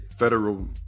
Federal